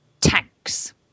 tanks